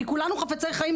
כי כולנו חפצי חיים,